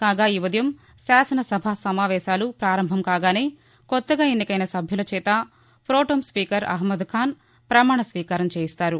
కాగా ఈ ఉదయం శాసన సభ సమావేశాలు ప్రారంభం కాగానే కొత్తగా ఎన్నికైన సభ్యులు చేత ప్రొటెం స్పీకర్ అహ్మద్ఖాన్ ప్రమాణ స్వీకారం చేయిస్తారు